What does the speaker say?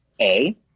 A-